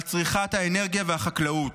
על צריכת האנרגיה והחקלאות.